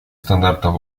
стандартов